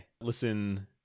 listen